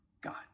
God